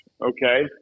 okay